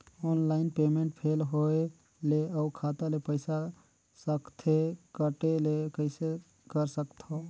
Online payment fail होय ले अउ खाता ले पईसा सकथे कटे ले कइसे करथव?